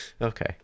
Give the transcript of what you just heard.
Okay